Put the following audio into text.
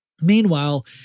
Meanwhile